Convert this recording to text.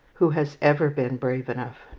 who has ever been brave enough,